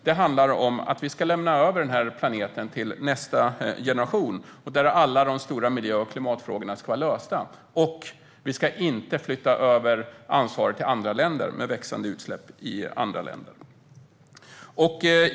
Det handlar om att alla stora miljö och klimatfrågor ska vara lösta när vi lämnar över planeten till nästa generation, och vi ska inte flytta över ansvaret till andra länder så att utsläppen ökar där.